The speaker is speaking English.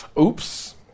Oops